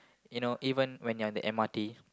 you know even when you're in the M_R_T